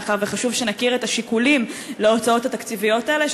מאחר שחשוב שנכיר את השיקולים בהוצאות התקציביות האלה,